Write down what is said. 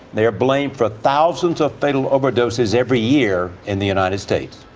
they are blamed for thousands of fatal overdoses every year in the united states.